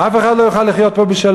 אף אחד לא יוכל לחיות פה בשלום.